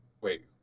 Wait